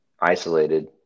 isolated